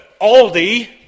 Aldi